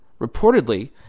Reportedly